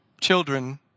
Children